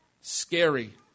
scary